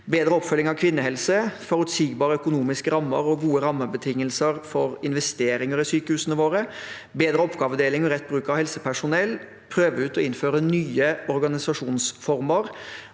bedre oppfølging av kvinnehelse – forutsigbare økonomiske rammer og gode rammebetingelser for investeringer i sykehusene våre – bedre oppgavedeling og rett bruk av helsepersonell – prøve ut og innføre nye organisasjonsformer